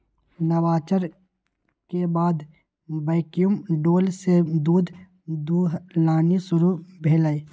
नवाचार के बाद वैक्यूम डोल से दूध दुहनाई शुरु भेलइ